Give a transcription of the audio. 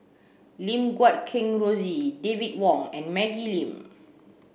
Lim Guat Kheng Rosie David Wong and Maggie Lim